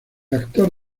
actor